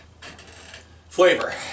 Flavor